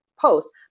Posts